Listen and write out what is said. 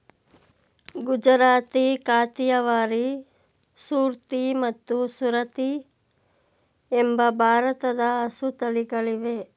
ಗುಜರಾತಿ, ಕಾಥಿಯವಾರಿ, ಸೂರ್ತಿ ಮತ್ತು ಸುರತಿ ಎಂಬ ಭಾರದ ಹಸು ತಳಿಗಳಿವೆ